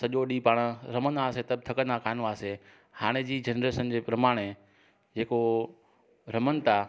सॼो ॾींहुं पाण रमंदा हुआसीं त बि थकंदा कोन्ह हुआसीं हाणे जी जनरेशन जे प्रमाणे जेको रमन था